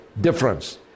difference